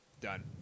Done